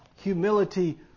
Humility